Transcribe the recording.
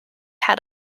had